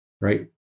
right